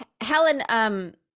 Helen